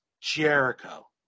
Jericho